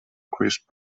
crisp